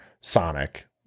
Sonic